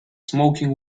smoking